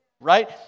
Right